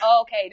okay